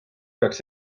peaks